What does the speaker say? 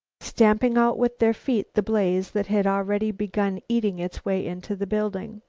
stamping out with their feet the blaze that had already begun eating its way into the building.